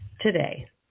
today